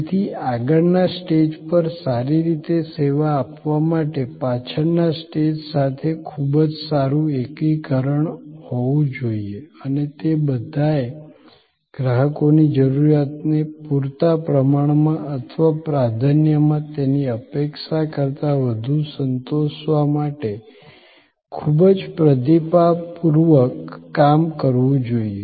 તેથી આગળના સ્ટેજ પર સારી રીતે સેવા આપવા માટે પાછળના સ્ટેજ સાથે ખૂબ જ સારું એકીકરણ હોવું જોઈએ અને તે બધાએ ગ્રાહકોની જરૂરિયાતોને પૂરતા પ્રમાણમાં અથવા પ્રાધાન્યમાં તેની અપેક્ષા કરતાં વધુ સંતોષવા માટે ખૂબ જ પ્રતિભાવપૂર્વક કામ કરવું જોઈએ